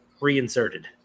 reinserted